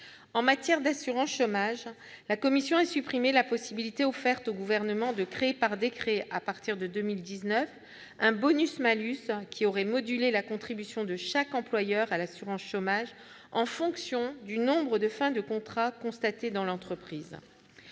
En matière d'assurance chômage, la commission a supprimé la possibilité offerte au Gouvernement de créer par décret à partir de 2019 un bonus-malus qui aurait modulé la contribution de chaque employeur à l'assurance chômage en fonction du nombre de fins de contrats constaté dans l'entreprise.